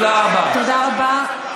אבל עדיין יש לך זמן, תודה רבה.